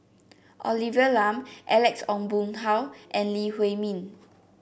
Olivia Lum Alex Ong Boon Hau and Lee Huei Min